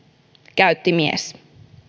käytti mies